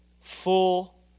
Full